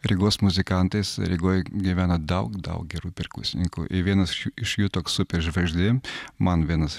rygos muzikantais rygoj gyvena daug daug gerų perkusininkų i vienas iš jų toks superžvaigždė man vienas